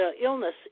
illness